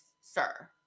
sir